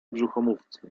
brzuchomówcy